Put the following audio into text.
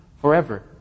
forever